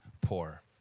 poor